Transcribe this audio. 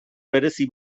berezi